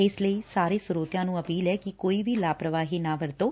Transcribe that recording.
ਇਸ ਲਈ ਸਾਰੇ ਸਰੋਤਿਆਂ ਨੂੰ ਅਪੀਲ ਐ ਕਿ ਕੋਈ ਵੀ ਲਾਪਰਵਾਹੀ ਨਾ ਵਰਤੋਂ